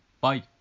Bye